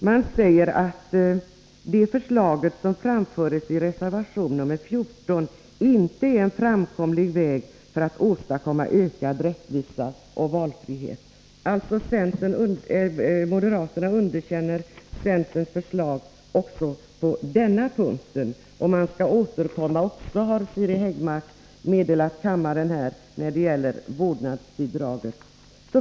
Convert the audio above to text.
Det står att förslaget i reservation 14 inte är en framkomlig väg för att åstadkomma ökad rättvisa och valfrihet. Moderaterna underkänner alltså centerns förslag även på den punkten. Siri Häggmark har också meddelat kammaren att moderaterna skall återkomma i frågan om vårdnadsbidraget.